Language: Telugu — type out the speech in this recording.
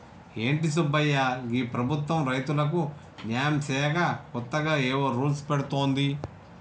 ఏంటి సుబ్బయ్య గీ ప్రభుత్వం రైతులకు న్యాయం సేయక కొత్తగా ఏవో రూల్స్ పెడుతోంది